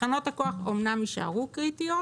תחנות הכוח אמנם יישארו קריטיות